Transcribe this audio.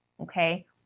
okay